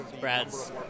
Brad's